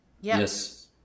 Yes